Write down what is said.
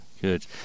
Good